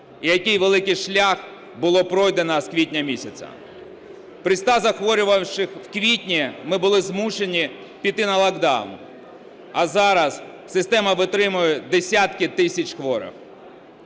і який великий шлях було пройдено з квітня місяця. При 100 захворілих в квітні ми були змушені піти на локдаун, а зараз системи витримує десятки тисяч хворих.